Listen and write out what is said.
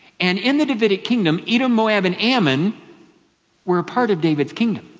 and in the davidic kingdom, edom, moab and ammon were a part of david's kingdom.